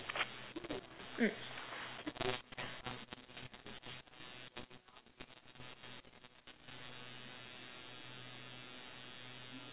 mm